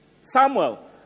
Samuel